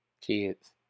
Kids